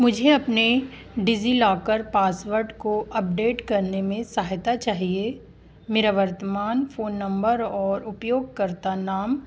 मुझे अपने DigiLocker password को अपडेट करने में सहायता चाहिए मेरा वर्तमान फ़ोन नम्बर और उपयोगकर्ता नाम चार सात नौ छह शून्य नौ एक एक चार नौ और अजय नौ आठ पाँच है मैं यह कैसे करूँ